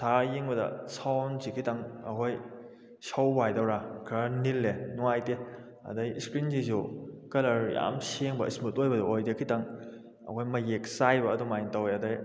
ꯊꯥꯔ ꯌꯦꯡꯕꯗ ꯁꯥꯎꯟꯁꯤ ꯈꯤꯇꯪ ꯑꯩꯈꯣꯏ ꯁꯧꯕ ꯍꯥꯏꯗꯧꯔꯥ ꯈꯔ ꯅꯤꯜꯂꯦ ꯅꯨꯡꯉꯥꯏꯇꯦ ꯑꯗꯒꯤ ꯏꯁꯀ꯭ꯔꯤꯟꯁꯤꯁꯨ ꯀꯂꯔ ꯌꯥꯝ ꯁꯦꯡꯕ ꯏꯁꯃꯨꯠ ꯑꯣꯏꯕ ꯍꯥꯏꯗꯨ ꯑꯣꯏꯗꯦ ꯈꯤꯇꯪ ꯑꯩꯈꯣꯏ ꯃꯌꯦꯛ ꯆꯥꯏꯕ ꯑꯗꯨꯝ ꯍꯥꯏꯅ ꯇꯧꯋꯦ ꯑꯗꯒꯤ